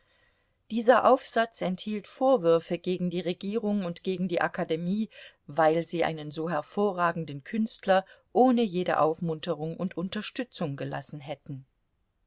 dieser aufsatz enthielt vorwürfe gegen die regierung und gegen die akademie weil sie einen so hervorragenden künstler ohne jede aufmunterung und unterstützung gelassen hätten